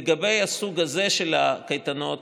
לגבי הסוג הזה של הקייטנות,